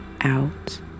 Out